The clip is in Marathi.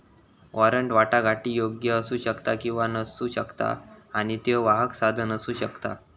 वॉरंट वाटाघाटीयोग्य असू शकता किंवा नसू शकता आणि त्यो वाहक साधन असू शकता